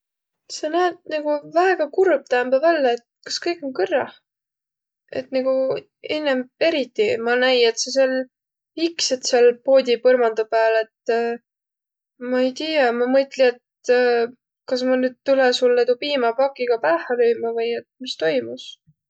Sa näet nigu väega kurb täämbä vällä, et kas kõik om kõrrah? Et nigu innemb eriti, ma näi, et sa sääl iksõt sääl poodi põrmandu pääl, et ma ei tiiäq. Ma mõtli, et kas ma nüüd tulõ sullõ tuu piimäpakiga päähä lüümä vai et mis toimus?